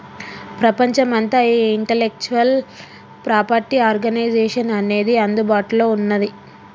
ప్రపంచమంతా ఈ intellectual property organisation అనేది అందుబాటులో ఉన్నది